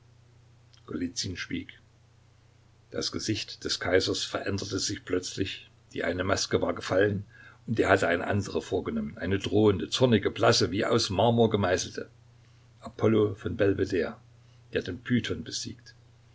schwieg das gesicht des kaisers veränderte sich plötzlich die eine maske war gefallen und er hatte eine andere vorgenommen eine drohende zornige blasse wie aus marmor gemeißelte apollo von belvedere der den python besiegt